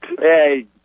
Hey